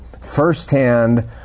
firsthand